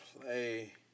play